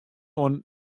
oan